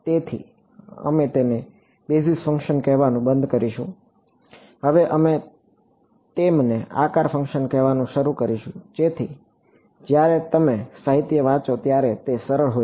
તેથી અમે તેમને બેઝિસ ફંક્શન્સ કહેવાનું બંધ કરીશું હવે અમે તેમને આકાર ફંક્શન્સ કહેવાનું શરૂ કરીશું જેથી જ્યારે તમે સાહિત્ય વાંચો ત્યારે તે સરળ હોય